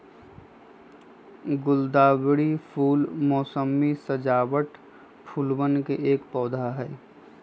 गुलदावरी फूल मोसमी सजावट फूलवन के एक पौधा हई